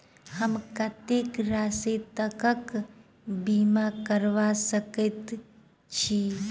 हम कत्तेक राशि तकक बीमा करबा सकैत छी?